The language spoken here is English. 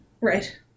Right